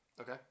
Okay